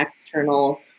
external